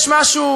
יש משהו